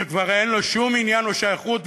שכבר אין לו שום עניין או שייכות,